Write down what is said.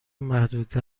محدوده